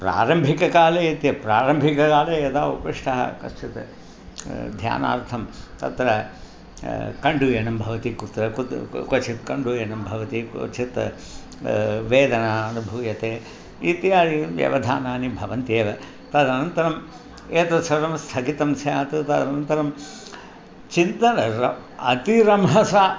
प्रारम्भिककाले यद्यपि प्रारम्भिककाले यदा उपविष्टः कश्चित् ध्यानार्थं तत्र कण्डूयनं भवति कुत्र कुत् कु क्वचित् कण्डूयनं भवति क्वचित् वेदनाम् अनुभूयते इत्यादि व्यवधानानि भवन्त्येव तदनन्तरम् एतत् सर्वं स्थगितं स्यात् तदनन्तरं चिन्तनम् अतिरम्भसा